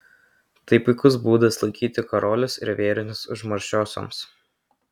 tai puikus būdas laikyti karolius ir vėrinius užmaršiosioms